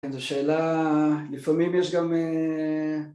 איזה שאלה, לפעמים יש גם...